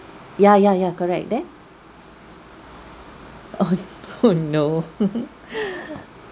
ya ya ya correct then oh oh no